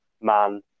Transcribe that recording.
man